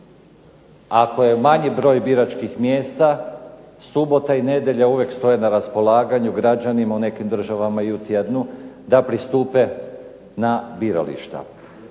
Ako je manji broj biračkih mjesta, subota i nedjelja uvijek stoje na raspolaganju građanima u nekim državama i u tjednu da pristupe na birališta.